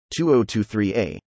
2023a